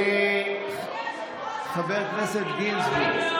אדוני היושב-ראש, חבר הכנסת גינזבורג.